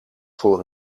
voor